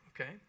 okay